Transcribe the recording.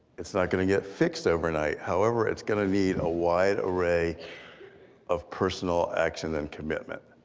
it's not gonna get fixed overnight. however, it's gonna need a wide array of personal action and commitment.